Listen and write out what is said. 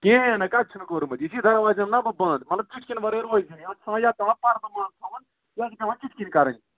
کِہیٖنۍ نہٕ کتہِ چھُنہٕ کوٚرمُت یِتھی دوازٕ دِمہٕ نا بہٕ بنٛد مطلب چُٹکنہِ ورٲے روزِ نہٕ یا تھوان یا پَردٕ منٛز تھاوَن یورٕ چھِ تھوان چٹکِنۍ کَرٕنۍ